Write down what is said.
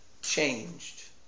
changed